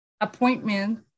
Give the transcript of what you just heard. appointment